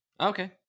okay